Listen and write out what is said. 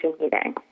meeting